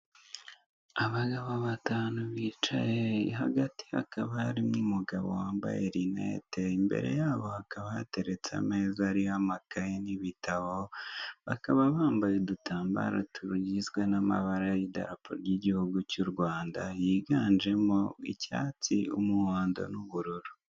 Abagabo batanu bicaye hagati hakaba harimo umugabo wambaye rinete imbere yabo hakaba hateretse ameza ariho amakaye n'ibitabo bakaba bambaye udutambaro tugizwe n'amabara y'idarapo ry'igihugu cy'u rwanda yiganjemo icyatsi umuhondo n'ubururu.